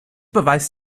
beweist